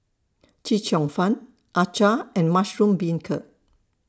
Chee Cheong Fun Acar and Mushroom Beancurd